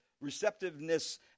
receptiveness